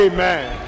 Amen